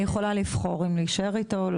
היא יכולה לבחור אם להישאר איתו שם,